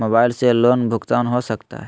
Mobile से loan भुगतान हो सकता है?